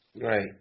Right